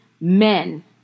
men